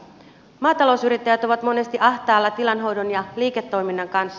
maatalousyrittäjät ovat monesti ahtaalla tilanhoidon ja liiketoiminnan kanssa